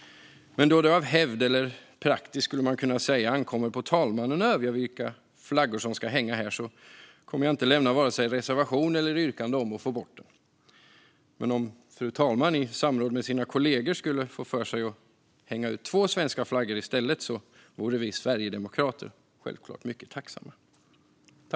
Men då det av hävd - eller praxis, skulle man kunna säga - ankommer på talmannen att avgöra vilka flaggor som ska hänga här kommer jag inte att avge vare sig reservation eller yrkande om att ta bort den. Men om fru talmannen i samråd med sina kollegor skulle få för sig att hänga upp två svenska flaggor i stället vore vi sverigedemokrater självklart mycket tacksamma.